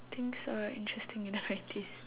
things are interesting in the nineties